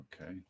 Okay